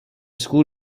school